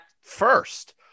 first